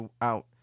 out